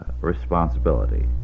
responsibility